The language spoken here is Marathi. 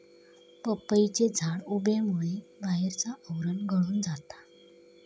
पपईचे झाड उबेमुळे बाहेरचा आवरण गळून जाता